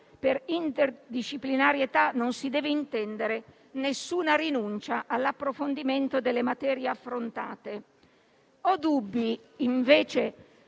per interdisciplinarietà non si deve intendere nessuna rinuncia all'approfondimento delle materie affrontate. Ho dubbi, invece,